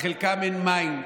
לחלקם אין מים,